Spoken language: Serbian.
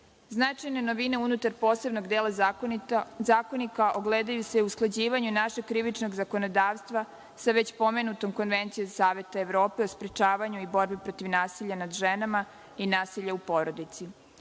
privrede. Značajne novine unutar posebnog dela Zakonika ogledaju se u usklađivanju našeg krivičnog zakonodavstva sa već pomenutom Konvencijom Saveta Evrope o sprečavanju i borbi protiv nasilja nad ženama i nasilja u porodici.